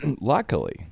luckily